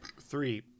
Three